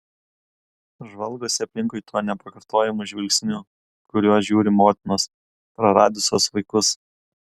žvalgosi aplinkui tuo nepakartojamu žvilgsniu kuriuo žiūri motinos praradusios vaikus